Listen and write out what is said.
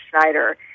Schneider